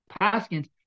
paskins